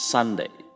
Sunday